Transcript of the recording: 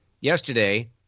yesterday